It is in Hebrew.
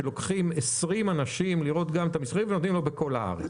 כשלוקחים 20 אנשים ומסיעים אותו בכל הארץ.